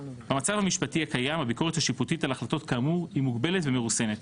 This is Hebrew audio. במצב המשפטי הקיים הביקורת השיפוטית על החלטות כאמור מוגבלת ומרוסנת